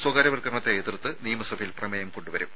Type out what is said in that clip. സ്വകാര്യവൽക്കരണത്തെ എതിർത്ത് നിയമസഭയിൽ പ്രമേയം കൊണ്ടുവരും